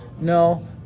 No